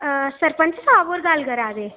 सरपंच साह्ब होर गल्ल करै दे